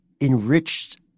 enriched